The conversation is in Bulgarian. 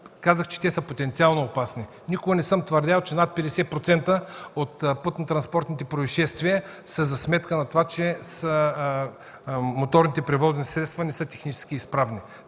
казах, че те са потенциално опасни. Никога не съм твърдял, че над 50% от пътно-транспортните произшествия са за сметка на това, че моторните превозни средства не са технически изправни.